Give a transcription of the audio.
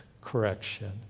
correction